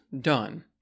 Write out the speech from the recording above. done